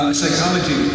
psychology